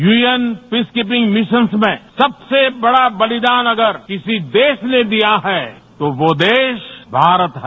UN peace keeping missions में सबसे बड़ा बलिदान अगर किसी देश ने दिया है तो वो देश भारत है